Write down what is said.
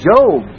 Job